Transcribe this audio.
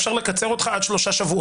אפשר לקצר את התקופה עד שלושה שבועות.